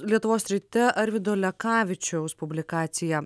lietuvos ryte arvydo lekavičiaus publikacija